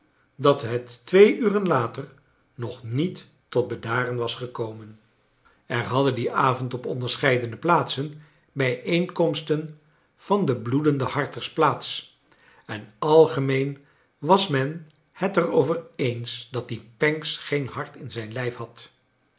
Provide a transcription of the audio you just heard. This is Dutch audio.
dat het twee uren later nog niet tot bedaren was gekomen er hadden dien avond op onderscheidene plaatsen bijeenkomsten van de bloedende barters plaats en algemeen was men het er over eens dat die pancks geen hart in zijn lijf had